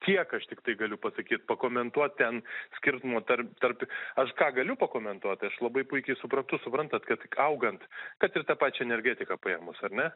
tiek aš tiktai galiu pasakyt pakomentuot ten skirtumo tarp tarp aš ką galiu pakomentuot tai aš labai puikiai suprantu suprantat kad augant kad ir tą pačią energetiką paėmus ar ne